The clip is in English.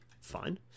Fine